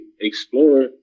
explore